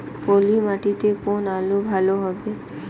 পলি মাটিতে কোন আলু ভালো হবে?